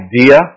idea